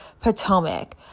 Potomac